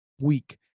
week